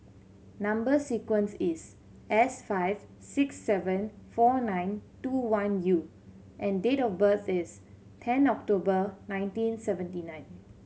number sequence is S five six seven four nine two one U and date of birth is ten October nineteen seventy nine